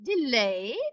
Delayed